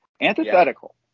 Antithetical